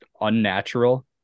unnatural